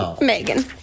Megan